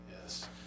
Yes